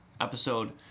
episode